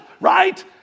right